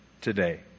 today